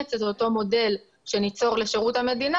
לאמץ את אותו מודל שניצור לשירות המדינה